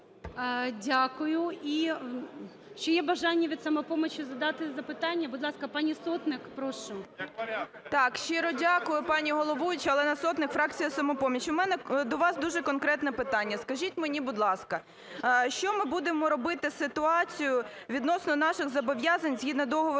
Дякую. Ще є бажання від "Самопомочі" задати запитання? Будь ласка, пані Сотник, прошу. 16:34:19 СОТНИК О.С. Так, щиро дякую, пані головуюча. Олена Сотник, фракція "Самопоміч". У мене до вас дуже конкретне питання. Скажіть, мені, будь ласка, що ми будемо робити з ситуацією відносно наших зобов'язань згідно Договору